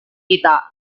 kita